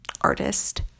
Artist